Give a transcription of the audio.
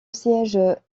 siège